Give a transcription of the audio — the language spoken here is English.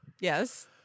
Yes